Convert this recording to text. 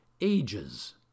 ages